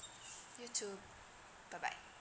you too bye bye